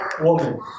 woman